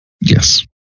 Yes